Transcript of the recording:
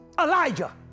Elijah